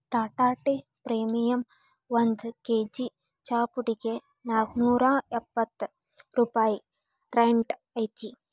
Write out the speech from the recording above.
Tata tea premium ಒಂದ್ KG ಚಾಪುಡಿಗೆ ನಾಲ್ಕ್ನೂರಾ ಎಪ್ಪತ್ ರೂಪಾಯಿ ರೈಟ್ ಐತಿ